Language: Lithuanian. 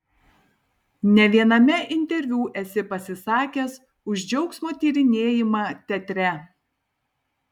ne viename interviu esi pasisakęs už džiaugsmo tyrinėjimą teatre